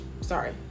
Sorry